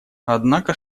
однако